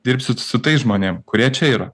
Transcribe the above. dirbt su su tais žmonėm kurie čia yra